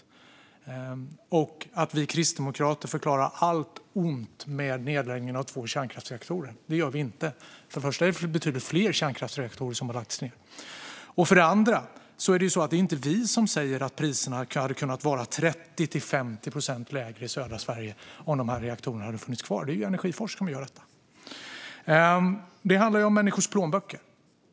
Hon säger också att vi kristdemokrater förklarar allt ont med nedläggningen av två kärnkraftsreaktorer. Det gör vi inte. För det första är det betydligt fler kärnkraftsreaktorer som har lagts ned. För det andra är det inte vi som säger att priserna hade kunnat vara 30-50 procent lägre i södra Sverige om de här reaktorerna hade funnits kvar. Det är Energiforsk som säger detta. Det handlar om människors plånböcker.